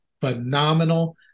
phenomenal